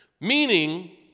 Meaning